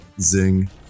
Zing